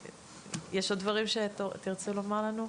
יש עוד דברים שתרצה לומר לנו?